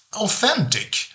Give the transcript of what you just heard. authentic